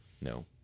No